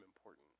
important